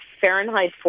Fahrenheit